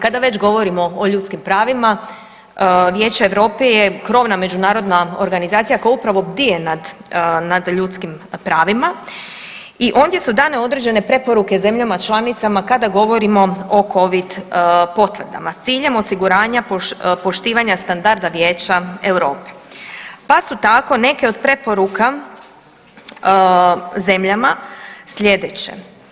Kada već govorimo o ljudskim pravima, Vijeće Europe je krovna međunarodna organizacija koja upravo bdije nad ljudskim pravima i ondje su dane određene preporuke zemljama članicama kada govorimo o Covid potvrdama, s ciljem osiguranja poštivanja standarda Vijeća EU, pa su tako, neke od preporuka zemljama sljedeće.